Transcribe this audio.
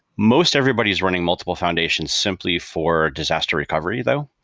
most everybody is running multiple foundation simply for disaster recovery though.